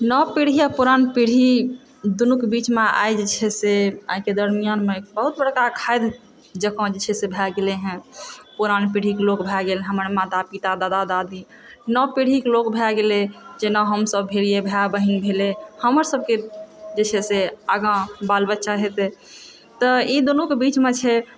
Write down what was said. नव पीढ़ी आओर पुरान पीढ़ी दुनूके बीचमे आइ जे छै से आइके दरमियानमे बहुत बड़का खादि जकाँ जे छै से भए गेलै हँ पुरान पीढ़ीके लोग भए गेल हमर माता पिता दादा दादी नव पीढ़ीके लोग भए गेलै जेना हमसब भेलियै भाय बहिन भेलै हमर सबके जे छै से आगा बाल बच्चा हेतै तऽ ई दुनूके बीचमे छै